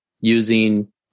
using